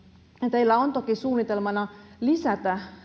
teillä on toki suunnitelmana lisätä